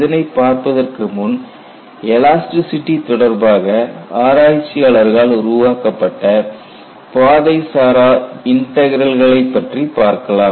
இதனைப் பார்ப்பதற்கு முன் எலாஸ்டிசிட்டி தொடர்பாக ஆராய்ச்சியாளர்களால் உருவாக்கப்பட்ட பாதை சாரா இன்டக்ரல்களைப் பற்றி பார்க்கலாம்